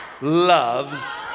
loves